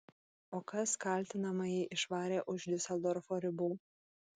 o kas kaltinamąjį išvarė už diuseldorfo ribų